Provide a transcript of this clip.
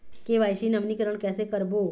KYC नवीनीकरण कैसे करबो?